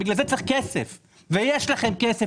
בגלל זה צריך כסף ויש לכם כסף.